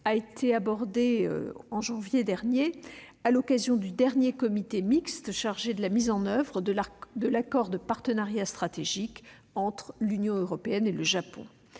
a été abordée le mois dernier à l'occasion de la réunion du comité mixte chargé de la mise en oeuvre de l'accord de partenariat stratégique entre l'Union européenne et le Japon.